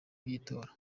by’itora